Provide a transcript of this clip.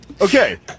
Okay